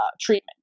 treatment